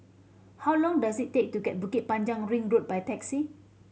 how long does it take to get to Bukit Panjang Ring Road by taxi